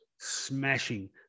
smashing